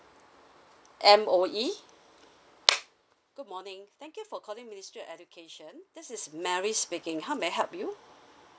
M_O_E good morning thank you for calling ministry of education this is mary speaking how may I help you